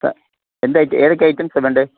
എന്ത് ഐറ്റം ഏതൊക്കെ ഐറ്റംസാണ് വേണ്ടത്